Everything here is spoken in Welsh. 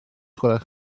gwelwch